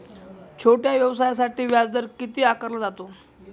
छोट्या व्यवसायासाठी व्याजदर किती आकारला जातो?